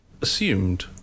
assumed